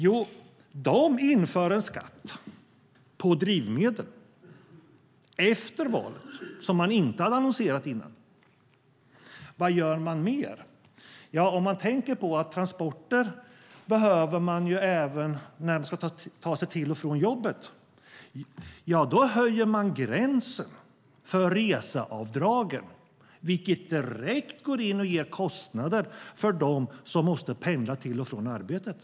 Jo, de inför efter valet en skatt på drivmedel som de inte hade aviserat innan. Vad gör de mer? Transportmedel behöver man ju även när man ska ta sig till och från jobbet, och då höjer de gränsen för reseavdragen, vilket direkt ger kostnader för dem som måste pendla till och från arbetet.